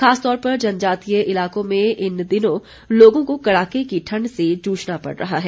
खासतौर पर जनजातीय इलाकों में इन दिनों लोगों को कड़ाके की ठण्ड से जुझना पड़ रहा है